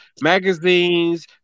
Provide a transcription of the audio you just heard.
magazines